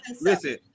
listen